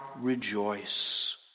rejoice